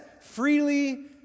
freely